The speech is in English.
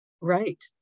right